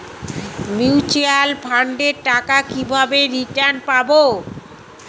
Mutual ফান্ডের টাকা কিভাবে রিটার্ন পাব?